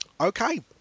Okay